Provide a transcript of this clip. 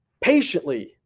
patiently